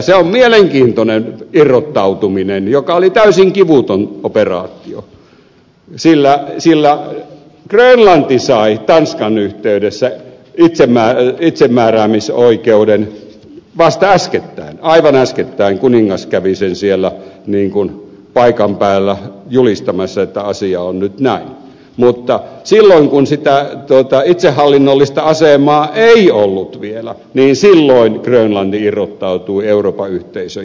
se on mielenkiintoinen irrottautuminen joka oli täysin kivuton operaatio sillä grönlanti sai tanskan yhteydessä itsemääräämisoikeuden vasta äskettäin aivan äskettäin kuningatar ja kruununprinssi kävivät sen siellä paikan päällä julistamassa että asia on nyt näin mutta silloin kun sitä itsehallinnollista asemaa ei ollut vielä silloin grönlanti irrottautui euroopan yhteisön jäsenyydestä